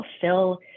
fulfill